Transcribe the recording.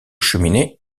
cheminées